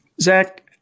Zach